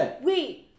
Wait